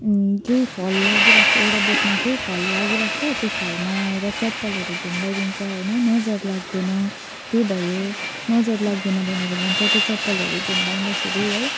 केही फल लागिरहेको छ एउटा बोटमा केही फल लागिरहेको छ त्यो फलमा आएर चप्पलहरू झुन्डाइदिन्छ होइन नजर लाग्दैन त्यो भयो नजर लाग्दैन भनेर भन्छ त्यो चप्पलहरू झुन्डाउँदाखेरि है